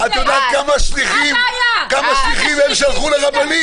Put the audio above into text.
את יודעת כמה שליחים הם שלחו לרבנים?